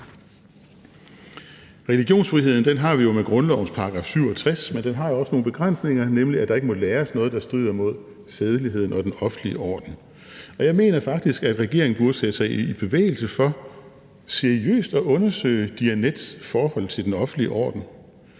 Religionsfriheden har vi jo med grundlovens § 67, men den har jo også nogle begrænsninger, nemlig at der ikke må læres noget, der strider imod sædeligheden og den offentlige orden. Jeg mener faktisk, at regeringen burde sætte sig i bevægelse for seriøst at undersøge Diyanets forhold til den offentlige orden.